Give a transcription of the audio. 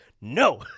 No